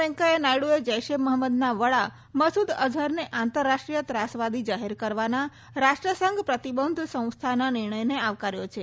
વૈંકેયા નાયડુએ જૈશે મહંમદના વડા મસૂદ અઝહરને આંતરરાષ્ટ્રીય ત્રાસવાદી જાહેર કરવાના રાષ્ટ્રસંઘ પ્રતિબંધ સંસ્થાના નિર્ણયને આવકાર્યો છે